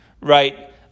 right